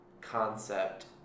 concept